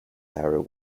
narrow